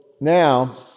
now